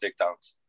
takedowns